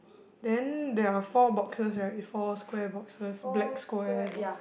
then there are four boxes right four square boxes black square box